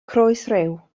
croesryw